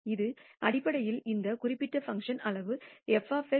இது அடிப்படையில் இந்த குறிப்பிட்ட பங்க்ஷன் அளவு f σy